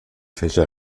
fächer